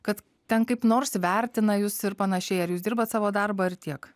kad ten kaip nors vertina jus ir panašiai ar jūs dirbat savo darbą ir tiek